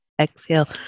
Exhale